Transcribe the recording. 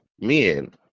men